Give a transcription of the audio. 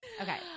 Okay